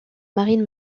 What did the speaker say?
marine